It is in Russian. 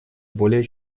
более